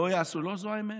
לא, זו האמת.